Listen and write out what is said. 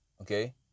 Okay